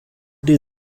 die